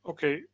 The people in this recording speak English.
Okay